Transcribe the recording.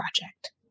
project